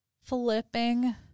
Flipping